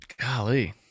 golly